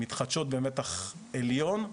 מתחדשות במתח עליון,